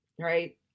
right